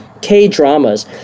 K-dramas